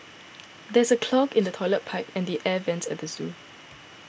there is a clog in the Toilet Pipe and the Air Vents at the zoo